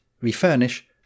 refurnish